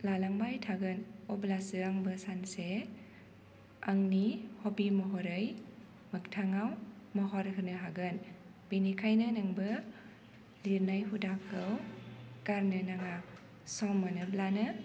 लालांबाय थागोन अब्लासो आंबो सानसे आंनि ह'बि महरै मोगथाङाव महर होनो हागोन बेनिखायनो नोंबो लिरनाय हुदाखौ गारनो नाङा सम मोनोब्लानो